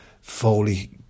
Foley